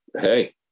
hey